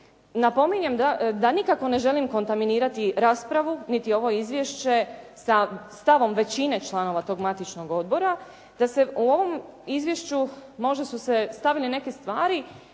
Napominjem da nikako ne želim kontaminirati raspravu niti ovo izvješće sa stavom većine članova tog matičnog odbora, da se u ovoj izvješću, možda su se stavile neke stvari